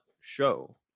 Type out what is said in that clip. show